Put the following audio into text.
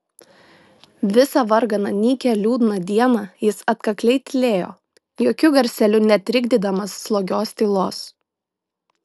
visą varganą nykią liūdną dieną jis atkakliai tylėjo jokiu garseliu netrikdydamas slogios tylos